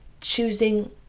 choosing